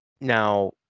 now